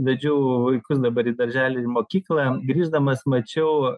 vedžiau vaikus dabar į darželį mokyklą grįždamas mačiau